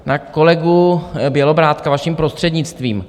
Na kolegu Bělobrádka, vaším prostřednictvím.